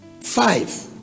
five